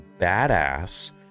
badass